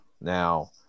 Now